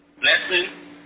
Blessing